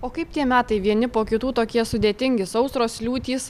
o kaip tie metai vieni po kitų tokie sudėtingi sausros liūtys